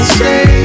say